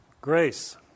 Grace